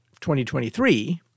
2023